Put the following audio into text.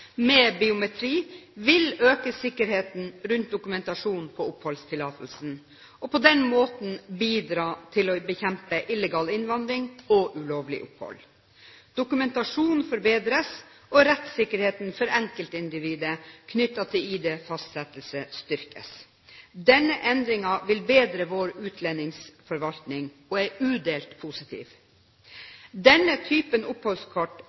med biometri vil øke sikkerheten rundt dokumentasjon på oppholdstillatelse og på den måten bidra til å bekjempe illegal innvandring og ulovlig opphold. Dokumentasjonen forbedres, og rettssikkerheten for enkeltindivid knyttet til ID-fastsettelse styrkes. Denne endringen vil bedre vår utlendingsforvaltning og er udelt positiv. Denne typen